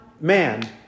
man